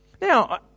now